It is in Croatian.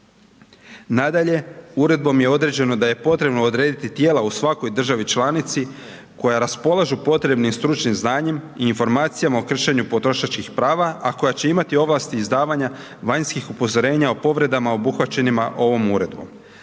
Nadalje, uredbom je određeno da je potrebno odrediti tijela u svakoj državi članici koja raspolažu potrebnim stručnim znanjem i informacijama o kršenju potrošačkih prava, a koja je će imati ovlasti izdavanja vanjskih upozorenja o povredama obuhvaćenima ovom uredbom.